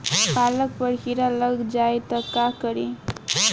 पालक पर कीड़ा लग जाए त का करी?